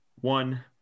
one